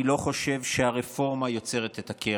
אני לא חושב שהרפורמה יוצרת את הקרע.